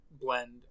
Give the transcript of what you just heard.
blend